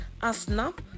ASNAP